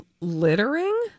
littering